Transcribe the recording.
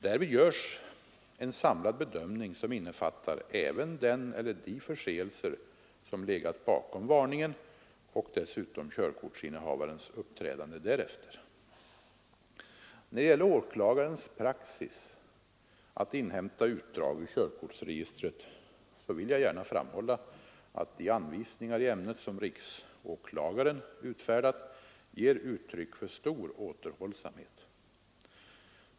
Därvid görs en samlad bedömning, som innefattar även den eller de förseelser som legat bakom varningen och dessutom körkortsinnehavarens uppträdande därefter. När det gäller åklagarnas praxis att inhämta utdrag ur körkortsregistret vill jag gärna framhålla att de anvisningar i ämnet som riksåklagaren utfärdat ger uttryck för stor återhållsamhet.